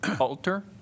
Alter